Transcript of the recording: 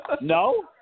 No